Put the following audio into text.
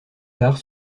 tard